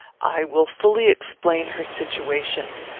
i will fully explain her situation.